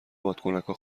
بادکنکا